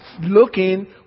looking